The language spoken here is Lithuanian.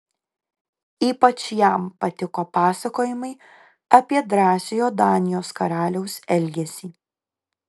ypač jam patiko pasakojimai apie drąsiojo danijos karaliaus elgesį